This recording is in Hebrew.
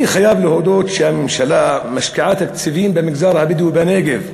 אני חייב להודות שהממשלה משקיעה תקציבים במגזר הבדואי בנגב,